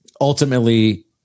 ultimately